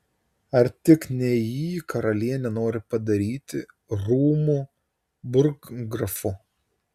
ar tik ne jį karalienė nori padaryti rūmų burggrafu